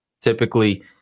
typically